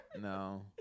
No